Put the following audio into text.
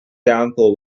downfall